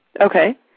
Okay